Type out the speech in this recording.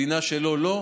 מדינה שלא, לא.